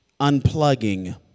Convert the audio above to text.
unplugging